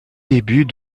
début